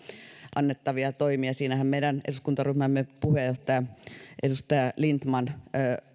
annettavia toimia siinähän meidän eduskuntaryhmämme puheenjohtaja edustaja lindtman